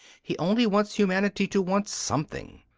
he only wants humanity to want something.